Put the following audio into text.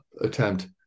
attempt